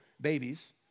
babies